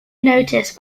notice